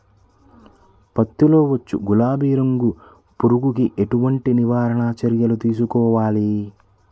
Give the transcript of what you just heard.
పత్తిలో వచ్చు గులాబీ రంగు పురుగుకి ఎలాంటి నివారణ చర్యలు తీసుకోవాలి?